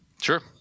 Sure